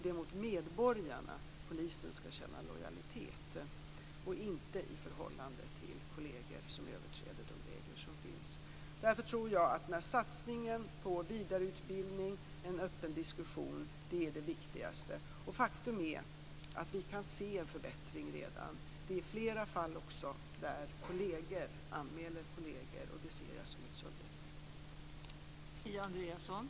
Det är mot medborgarna polisen skall känna lojalitet och inte mot kolleger som överträder de regler som finns. Därför tror jag att satsningen på vidareutbildning och en öppen diskussion är det viktigaste. Faktum är att vi redan kan se en förbättring. Det förekommer flera fall där kolleger anmäler kolleger, och det ser jag som ett sundhetstecken.